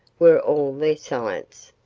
were all their science.